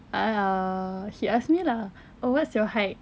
ah he asked me lah oh what's your height